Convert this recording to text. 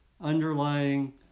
underlying